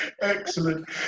Excellent